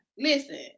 Listen